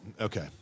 Okay